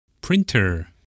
Printer